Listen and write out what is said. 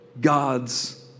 God's